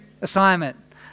assignment